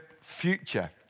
future